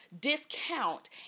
discount